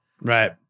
Right